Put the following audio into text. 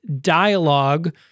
dialogue